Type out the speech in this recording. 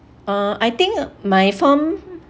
uh I think my fond